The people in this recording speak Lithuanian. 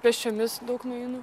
pėsčiomis daug nueinu